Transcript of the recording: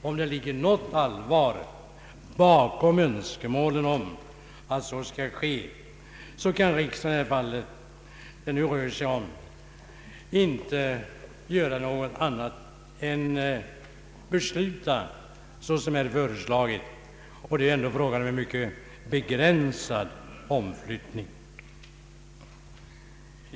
Om det ligger något allvar bakom önskemålet om att så skall ske, kan riksdagen i detta fall inte göra något annat än besluta i enlighet med detta förslag. Det är ändå fråga om en mycket begränsad omflyttning.